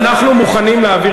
אנחנו מוכנים להעביר.